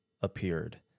appeared